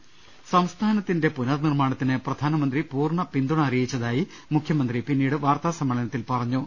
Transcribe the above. ്്്്്് സംസ്ഥാനത്തിന്റെ പുനർനിർമ്മാണത്തിന് പ്രധാനമന്ത്രി പൂർണ്ണ പിന്തുണ അറിയിച്ചതായി മുഖ്യമന്ത്രി പിന്നീട് വാർത്താ സമ്മേളനത്തിൽ പറഞ്ഞു